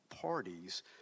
parties